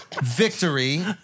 victory